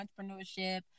entrepreneurship